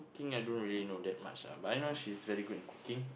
~king I don't really know that much ah but I know she's very good in cooking